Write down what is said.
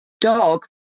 dog